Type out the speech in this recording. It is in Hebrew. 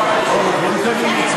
אבל אם מושכים את החוק,